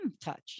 touch